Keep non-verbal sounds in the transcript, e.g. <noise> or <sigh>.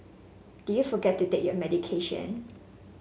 did you forget to take your <unintelligible>